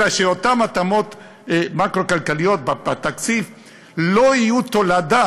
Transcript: אלא שאותן התאמות מקרו-כלכליות בתקציב לא יהיו תולדה